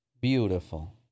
beautiful